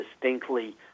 distinctly